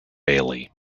bailey